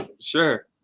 Sure